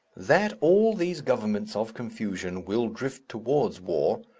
that all these governments of confusion will drift towards war,